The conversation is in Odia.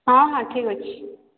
ହଁ ହଁ ଠିକ୍ ଅଛି